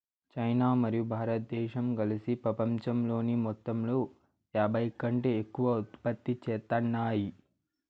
China మరియు భారతదేశం కలిసి పపంచంలోని మొత్తంలో యాభైకంటే ఎక్కువ ఉత్పత్తి చేత్తాన్నాయి